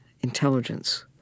intelligence